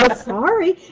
but sorry.